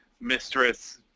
mistress